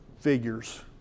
figures